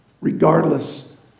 regardless